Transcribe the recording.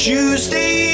Tuesday